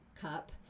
cup